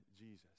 jesus